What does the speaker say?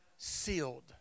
Sealed